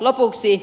lopuksi